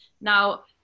now